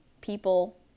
people